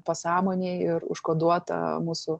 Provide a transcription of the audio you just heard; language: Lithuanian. pasąmonėj ir užkoduota mūsų